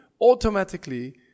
automatically